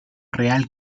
real